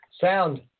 sound